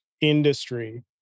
industry